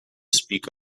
speak